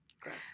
Gross